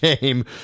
game